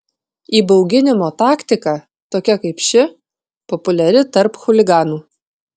įbauginimo taktika tokia kaip ši populiari tarp chuliganų